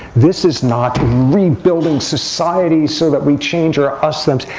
this is not rebuilding society so that we change our us thems.